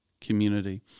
community